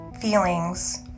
feelings